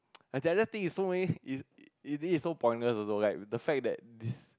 as I just think is so many is is this is so pointless also like the fact that this